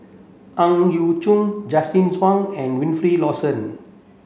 Ang Yau Choon Justin Zhuang and Wilfed Lawson